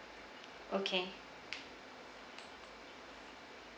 okay